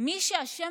מי שאשם